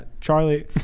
Charlie